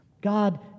God